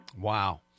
Wow